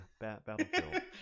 Battlefield